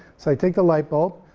so i take a light bulb,